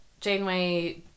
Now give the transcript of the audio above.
Janeway